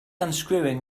unscrewing